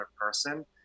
person